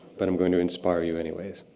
but i'm gonna inspire you anyways.